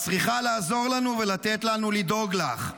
את צריכה לעזור לנו ולתת לנו לדאוג לך.